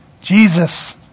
Jesus